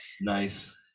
Nice